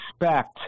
expect